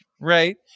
right